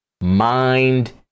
mind